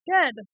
Good